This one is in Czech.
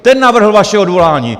Ten navrhl vaše odvolání!